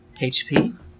HP